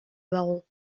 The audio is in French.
baron